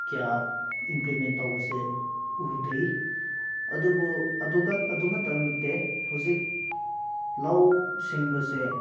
ꯀꯌꯥ ꯏꯝꯄ꯭ꯂꯤꯃꯦꯟ ꯇꯧꯕꯁꯦ ꯎꯗ꯭ꯔꯤ ꯑꯗꯨꯕꯨ ꯑꯗꯨꯈꯛꯇ ꯅꯠꯇꯦ ꯍꯧꯖꯤꯛ ꯂꯧꯁꯤꯡꯕꯁꯦ